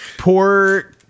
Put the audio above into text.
Poor